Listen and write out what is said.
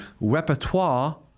repertoire